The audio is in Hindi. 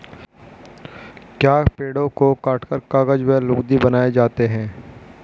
क्या पेड़ों को काटकर कागज व लुगदी बनाए जाते हैं?